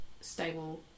stable